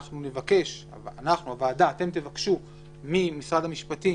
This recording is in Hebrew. הוועדה תבקש ממשרד המשפטים,